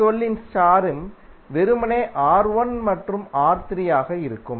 R 12in star ம் வெறுமனே R1 மற்றும் R3 ஆக இருக்கும்